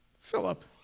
Philip